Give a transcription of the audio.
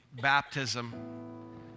baptism